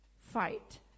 Fight